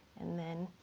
and then